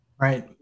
Right